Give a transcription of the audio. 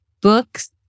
books